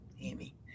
Amy